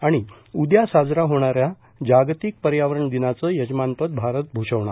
आणि उद्या साजऱ्या होणाऱ्या जागतिक पर्यावरण दिनाचं यजमान पद भारत भुषवणार